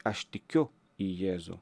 aš tikiu į jėzų